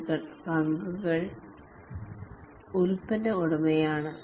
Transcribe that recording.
റോൾസിൽ ഉൾപ്പെടുന്നത് ഒന്ന് പ്രോഡക്റ്റ് ഉടമയാണ്